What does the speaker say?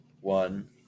one